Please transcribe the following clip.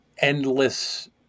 endless